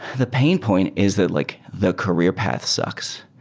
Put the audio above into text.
the pain point is that like the career path sucks,